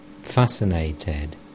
fascinated